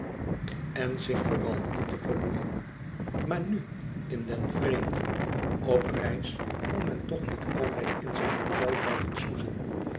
en zich vooràl niet te vermoeien maar nu in den vreemde op reis kon men toch niet altijd in zijn hotel blijven soezen